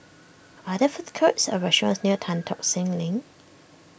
are there food courts or restaurants near Tan Tock Seng Link